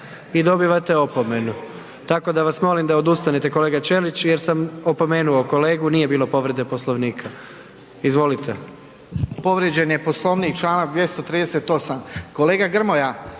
i dobivate opomenu, tako da vas molim da odustanete kolega Ćelić jer sam opomenuo kolegu nije bilo povrede Poslovnika. Izvolite. **Ćelić, Ivan (HDZ)** Povrijeđen je Poslovnik, Članak 238., kolega Grmoja